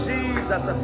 Jesus